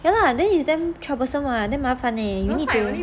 ya lah then it's damn troublesome [what] damn 麻烦 leh you need to